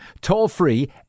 toll-free